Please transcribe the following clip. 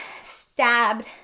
stabbed